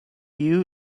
you